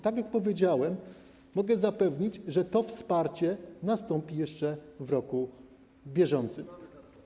Tak jak powiedziałem, mogę zapewnić, że to wsparcie nastąpi jeszcze w roku bieżącym.